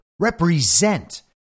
Represent